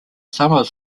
some